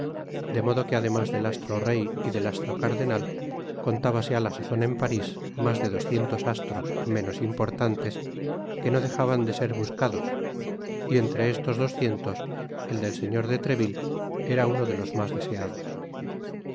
de modo que además del astro rey y del astro cardenal contábanse á la sazon en parís mas de doscientros astros menos importantes que no dejaban de ser buscados y entre estos doscientos el del señor de treville era uno de los mas deseados el